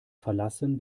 verlassen